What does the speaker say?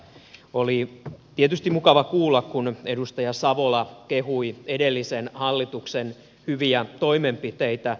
oli tietysti mukava kuulla kun edustaja savola kehui edellisen hallituksen hyviä toimenpiteitä